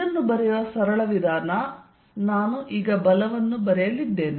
ಇದನ್ನು ಬರೆಯುವ ಸರಳ ವಿಧಾನ ನಾನು ಬಲವನ್ನು ಬರೆಯಲಿದ್ದೇನೆ